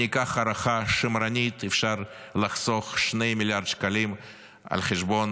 אני אקח הערכה שמרנית: אפשר לחסוך 2 מיליארד שקלים על חשבון